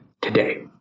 today